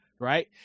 right